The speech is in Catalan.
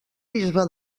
bisbe